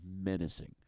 menacing